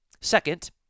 Second